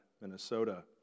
Minnesota